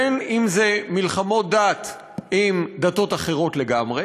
בין שזה מלחמות דת עם דתות אחרות לגמרי